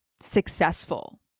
successful